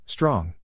Strong